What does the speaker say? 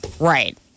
Right